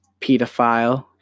pedophile